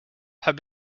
had